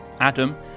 Adam